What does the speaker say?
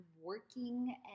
working